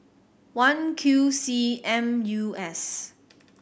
one Q C M U S